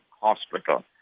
Hospital